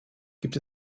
gibt